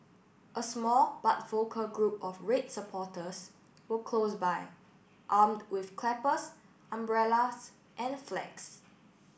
a small but vocal group of red supporters were close by armed with clappers umbrellas and flags